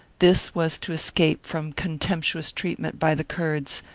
this was to escape from contemptuous treatment by the kurds,